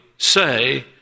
Say